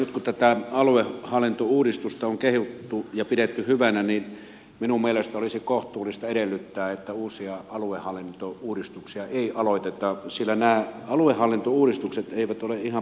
nyt kun tätä aluehallintouudistusta on kehuttu ja pidetty hyvänä niin minun mielestäni olisi kohtuullista edellyttää että uusia aluehallintouudistuksia ei aloiteta sillä nämä aluehallintouudistukset eivät ole ihan pikkuasioita